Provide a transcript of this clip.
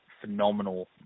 phenomenal